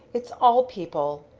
it's all people.